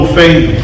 faith